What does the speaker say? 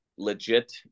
Legit